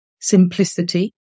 simplicity